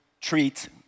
treat